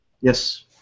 yes